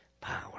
power